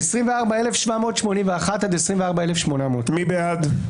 24,781 עד 24,800. מי בעד?